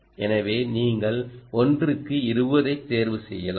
எனவே நீங்கள் 1க்கு 20 ஐ தேர்வு செய்யலாம்